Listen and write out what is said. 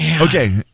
Okay